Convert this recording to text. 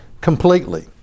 completely